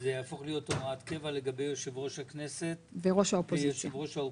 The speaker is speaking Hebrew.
שזה יהפוך להיות הוראת קבע לגבי ראש הכנסת ויו"ר האופוזיציה.